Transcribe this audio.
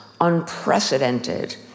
unprecedented